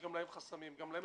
גם להם יש חסמים ובעיות.